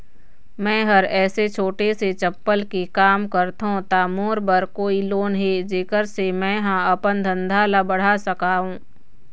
मैं हर ऐसे छोटे से चप्पल के काम करथों ता मोर बर कोई लोन हे जेकर से मैं हा अपन धंधा ला बढ़ा सकाओ?